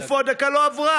איפה, הדקה לא עברה.